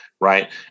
right